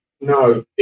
no